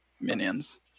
minions